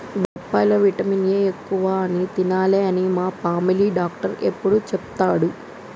బొప్పాయి లో vitamin A ఎక్కువ అని తినాలే అని మా ఫామిలీ డాక్టర్ ఎప్పుడు చెపుతాడు